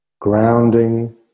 Grounding